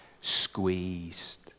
squeezed